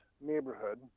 neighborhood